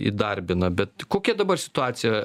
įdarbina bet kokia dabar situacija